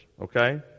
Okay